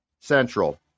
Central